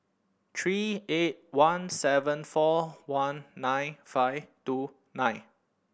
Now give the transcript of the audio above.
three eight one seven four one nine five two nine